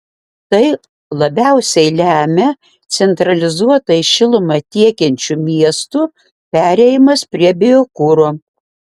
tai labiausiai lemia centralizuotai šilumą tiekiančių miestų perėjimas prie biokuro